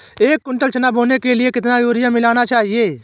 एक कुंटल चना बोने के लिए कितना यूरिया मिलाना चाहिये?